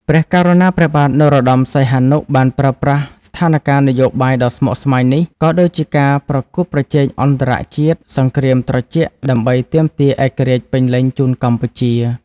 ព្រះករុណាព្រះបាទ នរោត្តម សីហនុ បានប្រើប្រាស់ស្ថានការណ៍នយោបាយដ៏ស្មុគស្មាញនេះ ក៏ដូចជាការប្រកួតប្រជែងអន្តរជាតិ សង្គ្រាមត្រជាក់ដើម្បីទាមទារឯករាជ្យពេញលេញជូនកម្ពុជា។